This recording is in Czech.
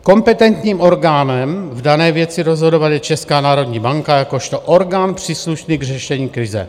Kompetentním orgánem v dané věci rozhodovat je Česká národní banka jakožto orgán příslušný k řešení krize.